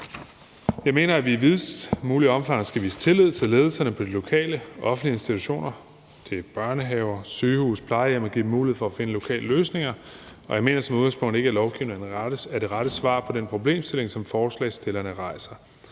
Jeg mener, at vi i videst muligt omfang skal vise tillid til ledelserne på de lokale offentlige institutioner – det er børnehaver, sygehuse og plejehjem – og give dem mulighed for at finde lokale løsninger, og jeg mener i udgangspunktet ikke, at lovgivning er det rette svar på den problemstilling, som forslagsstillerne rejser.